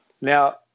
now